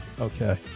okay